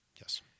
Yes